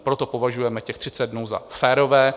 Proto považujeme těch 30 dnů za férové.